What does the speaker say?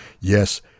Yes